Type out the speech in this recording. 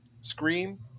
Scream